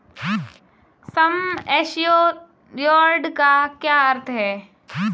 सम assured का क्या अर्थ है?